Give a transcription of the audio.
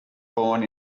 born